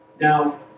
Now